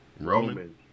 Roman